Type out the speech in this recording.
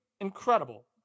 Incredible